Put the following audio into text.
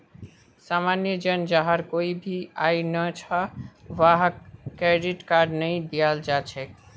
सामान्य जन जहार कोई भी आय नइ छ वहाक क्रेडिट कार्ड नइ दियाल जा छेक